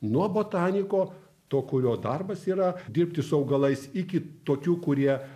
nuo botaniko to kurio darbas yra dirbti su augalais iki tokių kurie